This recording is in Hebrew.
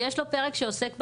ויש לו פרק שעוסק באשראי,